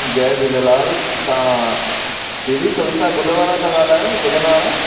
जय झूलेलाल तव्हां दीदी कविता ग़ुल वारा ॻाल्हायो ग़ुलनि वारा